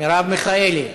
מרב מיכאלי,